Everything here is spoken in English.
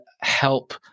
help